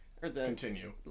Continue